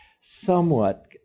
somewhat